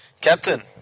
Captain